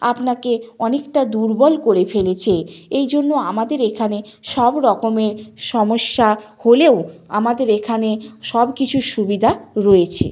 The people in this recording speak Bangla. আপনাকে অনেকটা দুর্বল করে ফেলেছে এই জন্য আমাদের এখানে সব রকমের সমস্যা হলেও আমাদের এখানে সব কিছুর সুবিধা রয়েছে